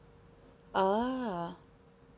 ah